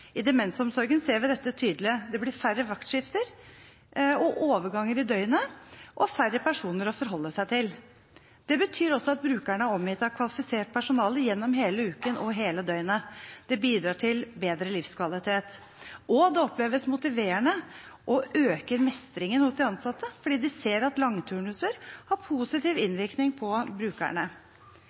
I demensomsorgen ser vi dette tydelig. Det blir færre vaktskifter og overganger i døgnet og færre personer å forholde seg til. Det betyr også at brukerne er omgitt av kvalifisert personale gjennom hele uken og døgnet. Det bidrar til bedre livskvalitet. Og det oppleves motiverende og øker mestringen hos de ansatte, fordi de ser at langturnuser har positiv innvirkning på brukerne.